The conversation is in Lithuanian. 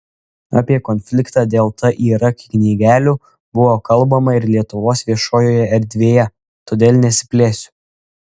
apie konfliktą dėl tir knygelių buvo kalbama ir lietuvos viešojoje erdvėje todėl nesiplėsiu